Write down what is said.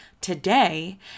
today